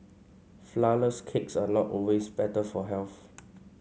flourless cakes are not always better for health